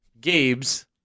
Gabe's